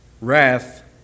wrath